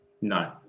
No